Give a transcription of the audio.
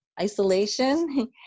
isolation